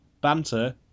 banter